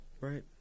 right